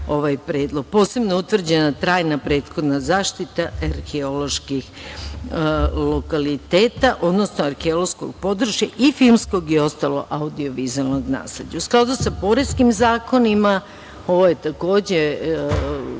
Posebno je utvrđena trajna prethodna zaštita arheoloških lokaliteta, odnosno arheološkog područja i filmskog i ostalog audio-vizuelnog nasleđa.U skladu sa poreskim zakonima ovo je takođe